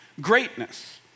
greatness